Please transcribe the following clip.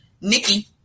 Nikki